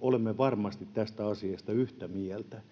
olemme varmasti tästä asiasta yhtä mieltä